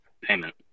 payment